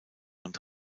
und